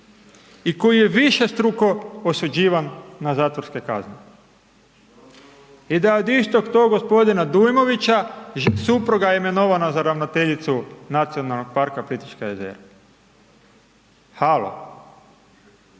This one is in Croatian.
i koji je višestruko osuđivan a zatvorske kazne? I da je od istog tog g. Dujmovića supruga imenovana za ravnateljicu NP Plitvička jezera? Halo,